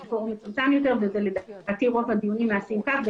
אותו בפורום מצומצם יותר ולדעתי רוב הדיונים נעשים כך.